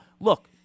look